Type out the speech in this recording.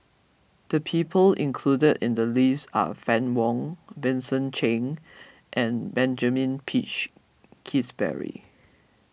the people included in the list are Fann Wong Vincent Cheng and Benjamin Peach Keasberry